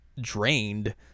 drained